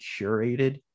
curated